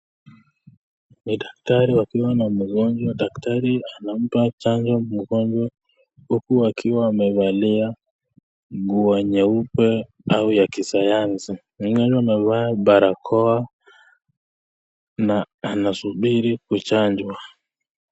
Ni daktari wakiwa na mgonjwa, daktari anamba janjo mgonjwa huku akiwa amevalia nguo nyeupe au ya kisayansi, mgonjwa amevaa barakoa na anasubiri kuchanjwa.